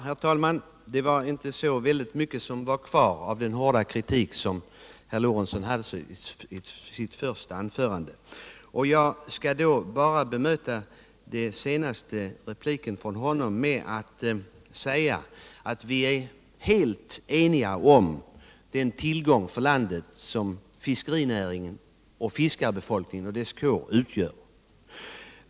Herr talman! Det fanns nu inte särskilt mycket kvar av den hårda kritik som herr Lorentzon framförde i sitt första anförande. Jag skall då bara bemöta hans replik genom att säga att vi är helt eniga om den tillgång för landet som fiskerinäringen, fiskarbefolkningen och dess yrkeskår utgör.